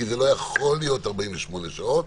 כי זה לא יכול להיות 48 שעות,